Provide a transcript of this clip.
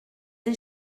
des